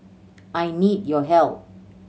I need your help